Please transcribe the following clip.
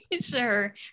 sure